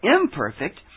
imperfect